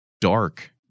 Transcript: dark